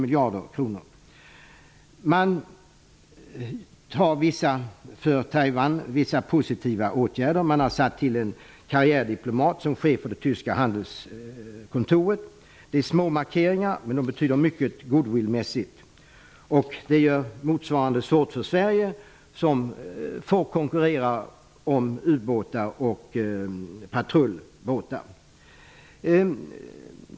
Man vidtar gentemot Taiwan vissa positiva åtgärder. Man har tillsatt en karriärdiplomat som chef för det tyska handelskontoret. Det är små markeringar, men de betyder mycket goodwillmässigt. Det gör det i motsvarande mån svårt för Sverige, som får konkurrera om ubåtar och patrullbåtar.